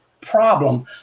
problem